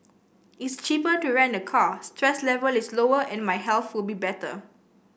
it's cheaper to rent a car stress level is lower and my health will be better